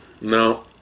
No